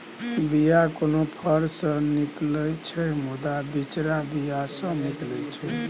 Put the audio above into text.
बीया कोनो फर सँ निकलै छै मुदा बिचरा बीया सँ निकलै छै